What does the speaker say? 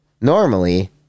normally